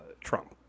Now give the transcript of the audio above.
Trump